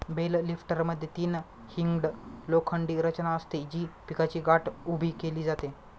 bell लिफ्टरमध्ये तीन hinged लोखंडी रचना असते, जी पिकाची गाठ उभी केली जाते